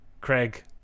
Craig